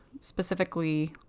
Specifically